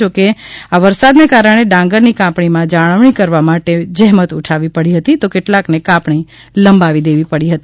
જો કે આ વરસાદને કારણે ડાંગરની કાપણીમાં જાળવણી કરવા માટે જ્રેમત ઉઠાવવી પડી હતી તો કેટલાકને કાપણી લંબાવી દેવી પડશે